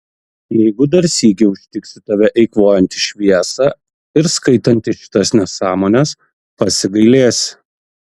jeigu dar sykį užtiksiu tave eikvojantį šviesą ir skaitantį šitas nesąmones pasigailėsi